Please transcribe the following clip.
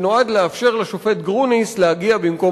שנועד לאפשר לשופט גרוניס להגיע במקום